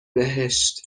بهشت